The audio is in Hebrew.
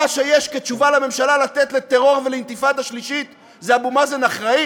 מה שיש לממשלה לתת כתשובה לטרור ולאינתיפאדה שלישית זה שאבו מאזן אחראי?